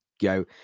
go